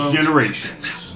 Generations